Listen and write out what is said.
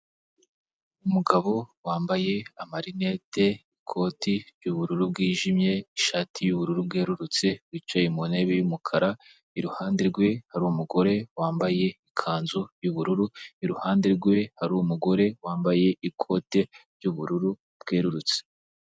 Umugabo wambaye amarinete, ikoti ry'ubururu bwijimye, ishati y'ubururu bwerurutse wicaye mu ntebe y'umukara, iruhande rwe hari umugore wambaye ikanzu y'ubururu, iruhande rwe hari umugore wambaye ikote ry'ubururu bwerurutse.